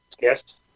Yes